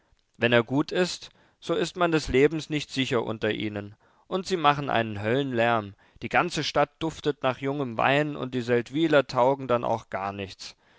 wenn er gut ist so ist man des lebens nicht sicher unter ihnen und sie machen einen höllenlärm die ganze stadt duftet nach jungem wein und die seldwyler taugen dann auch gar nichts